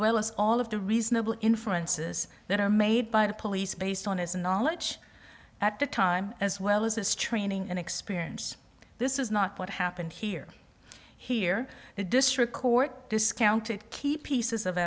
well as all of the reasonable inferences that are made by the police based on his knowledge at the time as well as his training and experience this is not what happened here here the district court discounted key pieces of